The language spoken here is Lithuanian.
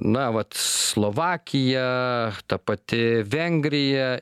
na vat slovakija ta pati vengrija